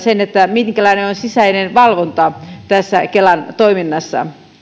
minkälainen sisäinen valvonta on tässä kelan toiminnassa